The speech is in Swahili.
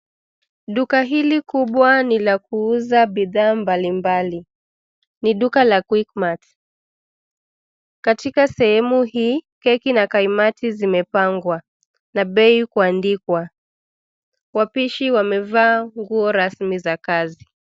Duka hili kubwa ni la kuuza bidhaa mbalimbali. Ni duka la cs[Quickmart]cs. Katika sehemu hii, keki na kaimati zimepangwa na bei kuandikwa. Wapishi wamevaa nguo rasmi za kazi.